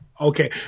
Okay